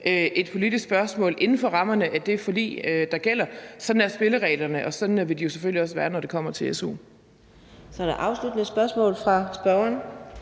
et politisk spørgsmål inden for rammerne af det forlig, der gælder. Sådan er spillereglerne, og sådan vil de selvfølgelig også være, når det kommer til su. Kl. 14:46 Fjerde næstformand